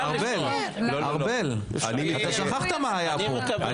ארבל, שכחת מה היה פה?